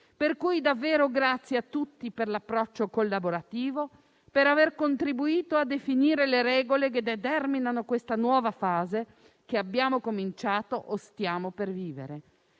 Ringrazio tutti per l'approccio collaborativo e per aver contribuito a definire le regole che determinano questa nuova fase che abbiamo cominciato o stiamo per vivere.